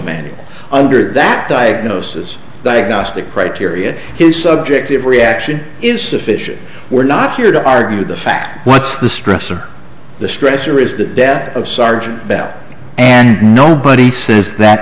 manual under that diagnosis diagnostic criteria his subjective reaction is sufficient we're not here to argue the fact what the stress or the stressor is the death of sergeant bell and nobody says that